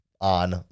on